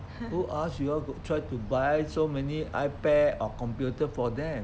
who ask you all try to buy so many ipad or computer for them